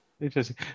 interesting